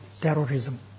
terrorism